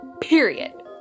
period